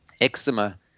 Eczema